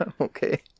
okay